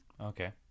okay